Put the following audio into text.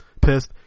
pissed